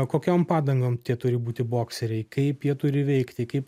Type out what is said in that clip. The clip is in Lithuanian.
kokiom padangom tie turi būti bokseriai kaip jie turi veikti kaip